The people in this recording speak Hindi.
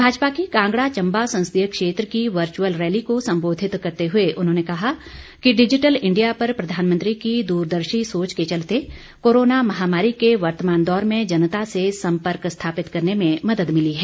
भाजपा की कांगड़ा चंबा संसदीय क्षेत्र की वर्चुअल रैली को संबोधित करते हुए उन्होंने कहा कि डिजिटल इंडिया पर प्रधानमंत्री की दूरदर्शी सोच के चलते कोरोना महामारी के वर्तमान दौर में जनता से सम्पर्क स्थापित करने में मदद मिली है